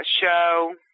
show